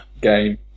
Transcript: game